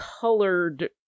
colored